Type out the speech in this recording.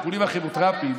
לטיפולים הכימותרפיים,